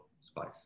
spice